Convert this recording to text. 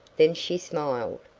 then she smiled.